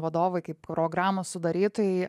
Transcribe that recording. vadovai kaip programos sudarytojai